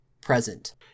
present